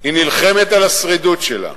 היא נלחמת על השרידות שלה.